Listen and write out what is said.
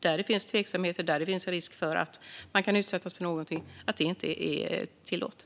Där det finns tveksamheter och risk för att man kan utsättas för någonting ska det inte vara tillåtet.